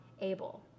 able